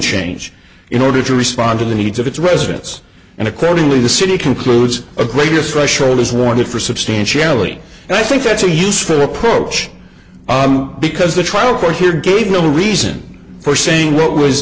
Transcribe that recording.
change in order to respond to the needs of its residents and accordingly the city concludes a greater threshold is wanted for substantially and i think that's a useful approach because the trial court here gave no reason for saying what was